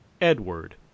Edward